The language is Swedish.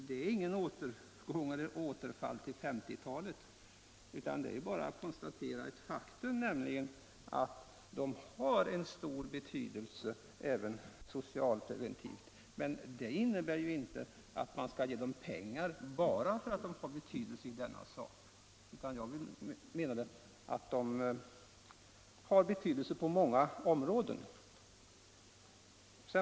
Det är inget återfall i tänkesätt från 1950-talet — det är bara konstaterandet av faktum att ungdomsorganisationerna har stor betydelse också socialpreventivt. Detta innebär ju inte att man skall ge ungdomsorganisationerna pengar bara för att de har betydelse i detta avseende, utan jag menade att de har betydelse på många områden.